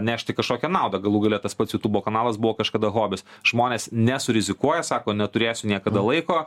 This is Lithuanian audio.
nešti kažkokią naudą galų gale tas pats jutubo kanalas buvo kažkada hobis žmonės nesurizikuoja sako neturėsiu niekada laiko